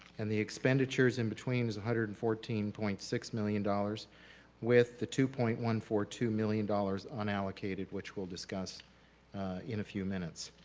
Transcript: and the expenditures in between is a one hundred and fourteen point six million dollars with the two point one four two million dollars unallocated which we'll discuss in a few minutes.